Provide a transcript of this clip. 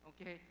Okay